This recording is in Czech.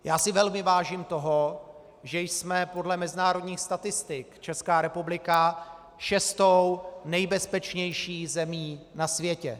Já si velmi vážím toho, že jsme podle mezinárodních statistik, Česká republika, šestou nejbezpečnější zemí na světě.